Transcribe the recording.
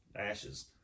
ashes